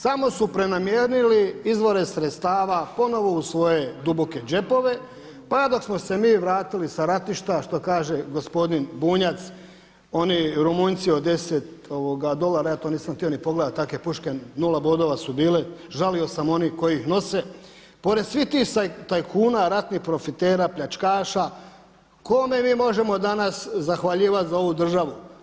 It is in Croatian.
Samo su prenamijenili izvore sredstava ponovno u svoje duboke džepove pa dok smo se mi vratili sa ratišta, što kaže gospodin Bunjac, oni rumunjci od deset dolara ja to nisam htio ni pogledati takve puške, nula bodova su bile žalio sam one koji ih nose, pored svih tih tajkuna ratnih profitera, pljačkaša kome mi možemo danas zahvaljivati za ovu državu?